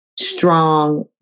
Strong